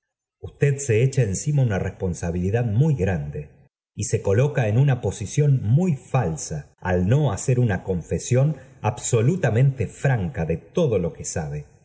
usted se echa encima una responsabilidad muy grande y se coloca en una posmión muv falsa al no hacer una confesión absolutamente franca de todo lo que sabe